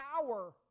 power